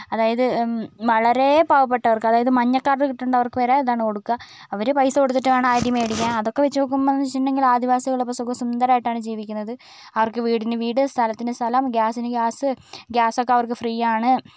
അതായത് വളരേ പാവപ്പെട്ടവർക്ക് അതായത് മഞ്ഞ കാർഡ് കിട്ടേണ്ടവർക്ക് വരെ ഇതാണ് കൊടുക്കുക അവർ പൈസ കൊടുത്തിട്ടാണ് അരി മേടിക്കുക അതൊക്കെ വെച്ച് നോക്കുമ്പോളെനു വെച്ചിട്ടുണ്ടെങ്കിൽ ആദിവാസികൾ ഇപ്പോൾ സുഖ സുന്ദരമായിട്ടാണ് ജീവിക്കുന്നത് അവർക്ക് വീടിന് വീട് സ്ഥലത്തിന് സ്ഥലം ഗ്യാസിന് ഗ്യാസ് ഗ്യാസൊക്കെ അവർക്ക് ഫ്രീയാണ്